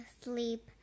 sleep